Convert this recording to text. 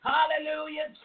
Hallelujah